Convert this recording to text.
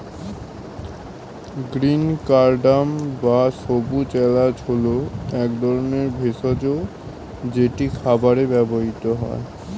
green cardamom বা সবুজ এলাচ হল এক ধরনের ভেষজ যেটি খাবারে ব্যবহৃত হয়